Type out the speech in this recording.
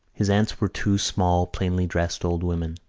his aunts were two small, plainly dressed old women.